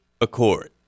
accord